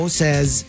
says